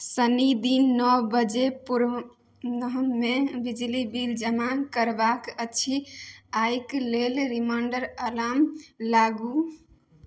शनि दिन नओ बजे पूर्वाह्णमे बिजली बिल जमा करबाक अछि एहि कऽ लेल रिमाण्डर अलार्म लगाउ